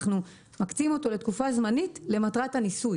אנחנו מקצים אותו לתקופה זמנית למטרת הניסוי